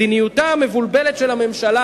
מדיניותה המבולבלת של הממשלה.